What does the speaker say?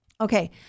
Okay